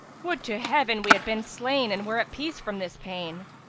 would to heaven we had been slain and were at peace from this pain!